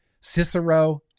Cicero